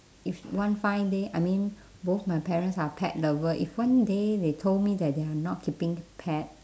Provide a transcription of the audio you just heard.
if one fine day I mean both my parents are pet lover if one day they told me that they are not keeping pet